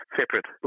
separate